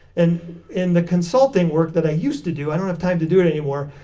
and in the consulting work that i used to do, i don't have time to do it anymore,